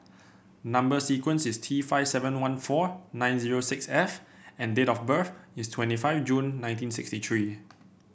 number sequence is T five seven one four nine zero six F and date of birth is twenty five June nineteen sixty three